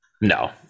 No